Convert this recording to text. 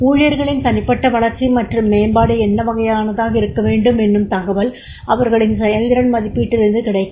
ஊழியர்களின் தனிப்பட்ட வளர்ச்சி மற்றும் மேம்பாடு என்ன வகையானதாக இருக்க வேண்டும் என்னும் தகவல் அவர்களின் செயல்திறன் மதிப்பீட்டிலிருந்து கிடைக்கும்